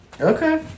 Okay